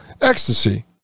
ecstasy